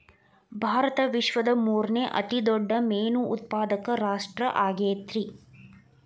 ಭಾರತ ವಿಶ್ವದ ಮೂರನೇ ಅತಿ ದೊಡ್ಡ ಮೇನು ಉತ್ಪಾದಕ ರಾಷ್ಟ್ರ ಆಗೈತ್ರಿ